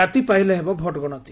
ରାତି ପାହିଲେ ହେବ ଭୋଟ୍ ଗଣତି